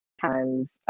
times